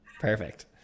Perfect